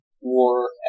war